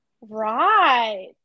right